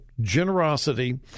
generosity